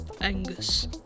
Angus